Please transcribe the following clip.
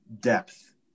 depth